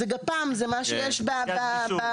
זה גפ"מ, זה מה שיש בכיריים.